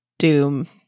doom